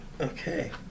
Okay